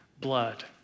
blood